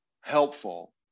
helpful